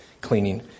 cleaning